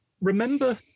remember